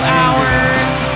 hours